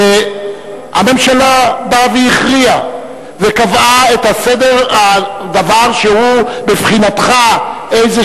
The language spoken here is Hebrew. הממשלה באה והכריעה וקבעה את הדבר שהוא מבחינתך איזו